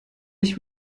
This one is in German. ich